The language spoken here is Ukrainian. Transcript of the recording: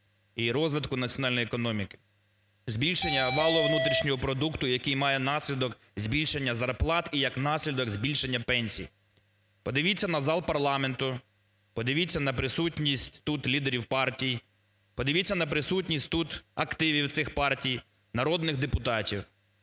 і розвитку національної економіки, збільшення валового внутрішнього продукту, який має наслідок збільшення зарплат і як наслідок збільшення пенсій. Подивіться на зал парламенту, подивіться на присутність тут лідерів партій, подивіться на присутність тут активів цих партій народних депутатів.